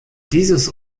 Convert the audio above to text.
dieses